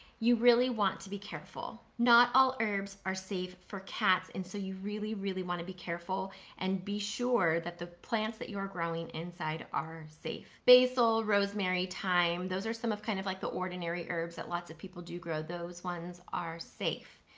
you really want to be careful. not all herbs are safe for cats and so you really really wanna be careful and be sure that the plants that you are growing inside are safe. basil, rosemary, thyme, those are some of kind of like the ordinary herbs that lots of people do grow, those ones are safe.